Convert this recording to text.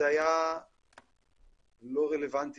כן, אבל ההארכה היא